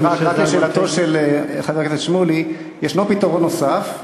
רק לשאלתו של חבר הכנסת שמולי: יש פתרון נוסף,